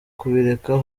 kubireka